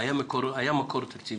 היה מקור תקציבי.